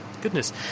Goodness